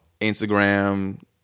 Instagram